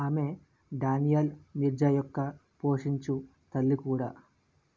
ఆమె డాని యాల్ మీర్జా యొక్క పోషించు తల్లి కూడా